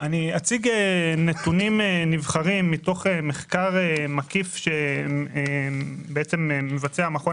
אני אציג נתונים נבחרים מתוך מחקר מקיף שמבצע המכון